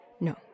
No